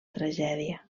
tragèdia